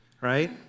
right